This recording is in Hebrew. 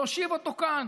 להושיב אותו כאן